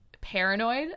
paranoid